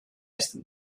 est